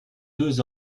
deux